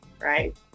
right